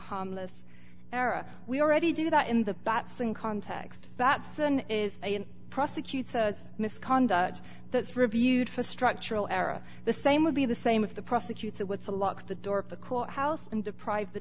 harmless error we already do that in the datsun context batson is prosecute misconduct that's reviewed for structural era the same would be the same if the prosecutor what's a lock the door of the court house and deprive the